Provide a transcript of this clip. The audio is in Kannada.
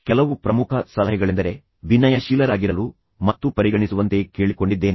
ಕೆಲವು ಹೈಲೈಟ್ ಮಾಡಿದ ಪ್ರಮುಖ ಸಲಹೆಗಳೆಂದರೆ ನಾನು ನಿಮ್ಮನ್ನು ವಿನಯಶೀಲರಾಗಿರಲು ಮತ್ತು ಪರಿಗಣಿಸುವಂತೆ ಕೇಳಿಕೊಂಡಿದ್ದೇನೆ